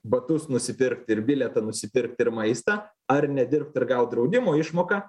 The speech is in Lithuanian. batus nusipirkt ir bilietą nusipirkt ir maistą ar nedirbt ir gaut draudimo išmoką